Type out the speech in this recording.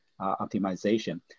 optimization